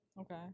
Okay